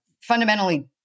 fundamentally